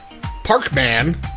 Parkman